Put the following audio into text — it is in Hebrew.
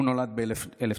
הוא נולד ב-1970.